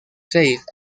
seis